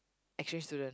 exchange student